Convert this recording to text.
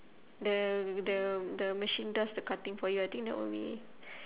the the the machine does the cutting for you I think that will be